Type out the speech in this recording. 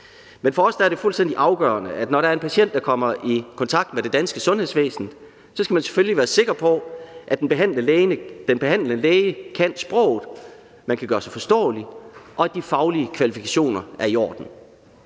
Men for os er det fuldstændig afgørende, at når der er en patient, der kommer i kontakt med det danske sundhedsvæsen, skal man selvfølgelig være sikker på, at den behandlende læge kan sproget, kan gøre sig forståelig, og at de faglige kvalifikationer er i orden.